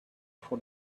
for